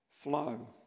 flow